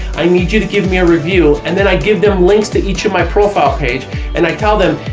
i need you to give me a review, and then i give them links to each of my profile page and i tell them,